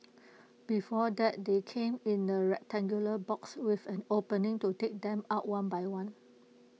before that they came in A rectangular box with an opening to take them out one by one